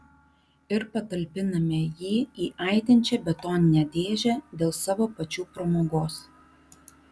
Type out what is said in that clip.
ir patalpiname jį į aidinčią betoninę dėžę dėl savo pačių pramogos